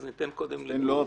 אז ניתן קודם --- לא,